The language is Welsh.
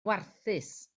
warthus